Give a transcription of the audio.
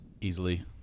easily